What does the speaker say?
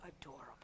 adorable